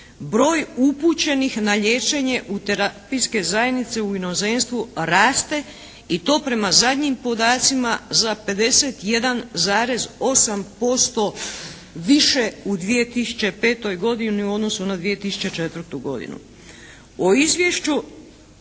broj upućenih na liječenje u terapijske zajednice u inozemstvu raste i to prema zadnjim podacima za 51,8% više u 2005. godini u odnosu na 2004. godinu.